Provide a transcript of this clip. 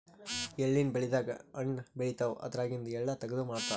ಎಳ್ಳಿನ್ ಬೆಳಿದಾಗ್ ಹಣ್ಣ್ ಬೆಳಿತಾವ್ ಅದ್ರಾಗಿಂದು ಎಳ್ಳ ತಗದು ಮಾರ್ತಾರ್